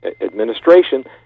administration